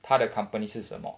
他的 companies 是什么